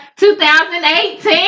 2018